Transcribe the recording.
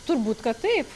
turbūt kad taip